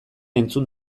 entzun